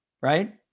Right